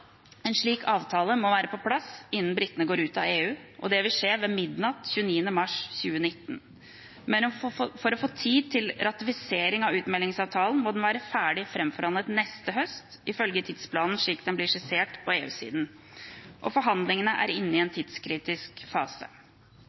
en utmeldingsavtale. En slik avtale må være på plass innen britene går ut av EU, og det vil skje ved midnatt 29. mars 2019. Men for å få tid til ratifisering av utmeldingsavtalen må den være ferdig framforhandlet neste høst, ifølge tidsplanen slik den blir skissert på EU-siden. Forhandlingene er inne i en tidskritisk fase.